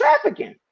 trafficking